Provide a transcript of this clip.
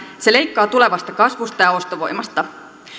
se leikkaa tulevasta kasvusta ja ostovoimasta